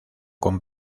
con